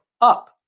up